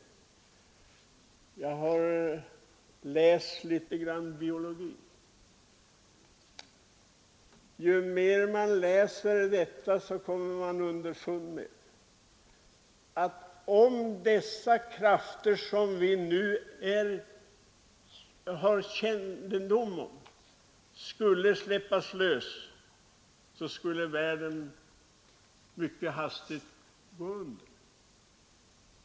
Ja, jag har läst litet biologi, och ju mer man läser det ämnet desto mer kommer man underfund med att om de krafter vi nu har kännedom om släpps lösa går världen under mycket hastigt.